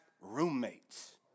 roommates